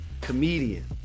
comedian